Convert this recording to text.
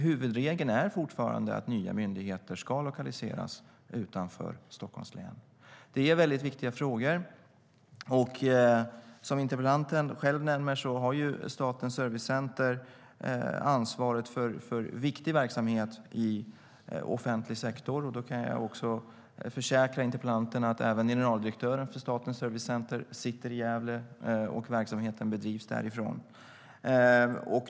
Huvudregeln är fortfarande att nya myndigheter ska lokaliseras utanför Stockholms län. Det är väldigt viktiga frågor. Som interpellanten själv nämner har Statens servicecenter ansvaret för viktig verksamhet i offentlig sektor. Jag kan också försäkra interpellanten att även generaldirektören för Statens servicecenter sitter i Gävle och att verksamheten bedrivs därifrån.